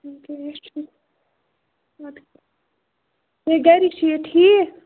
کیٚنٛہہ چھُ نہٕ ولہٕ ہَے گَرِکۍ چھِ یے ٹھیٖک